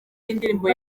yindirimbo